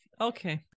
Okay